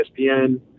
ESPN